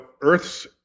Earth's –